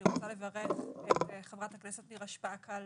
ואני רוצה לברך את חברת הכנסת נירה שפק על